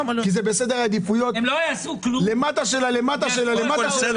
כי זה הלמטה של הלמטה של הלמטה בסדרי העדיפויות.